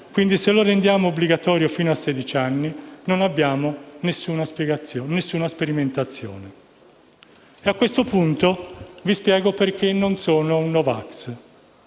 quindi se lo rendiamo obbligatorio fino a sedici anni non abbiamo alcuna sperimentazione. A questo punto vi spiego perché non sono un no vax.